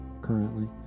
currently